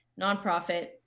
nonprofit